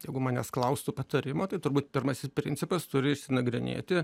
jeigu manęs klaustų patarimo tai turbūt pirmasis principas turi išsinagrinėti